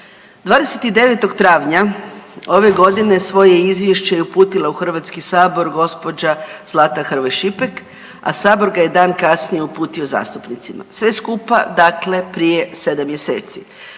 29. travnja ove godine svoje izvješće je uputila u HS gđa. Zlata Hrvoj Šipek, a sabor ga je dan kasnije uputio zastupnicima, sve skupa dakle prije 7 mjeseci.